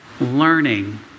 Learning